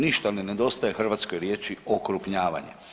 Ništa ne nedostaje hrvatskoj riječi okrupnjavanje.